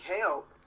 help